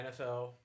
nfl